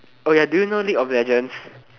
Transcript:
oh ya do you know league of legends